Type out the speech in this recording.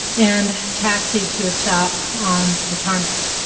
and taxied to a stop on the tarmac.